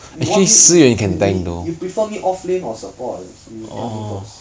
you want me 你你 you prefer me off lane or support you tell me first